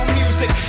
music